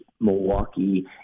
Milwaukee